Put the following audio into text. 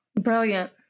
Brilliant